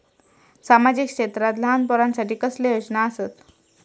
सामाजिक क्षेत्रांत लहान पोरानसाठी कसले योजना आसत?